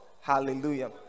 hallelujah